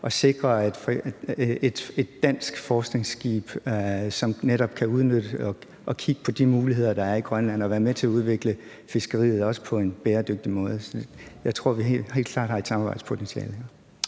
at sikre et dansk forskningsskib, som netop kan udnytte og kigge på de muligheder, der er i Grønland, og være med til at udvikle fiskeriet også på en bæredygtig måde. Så jeg tror, at vi helt klart har et samarbejdspotentiale her.